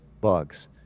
bugs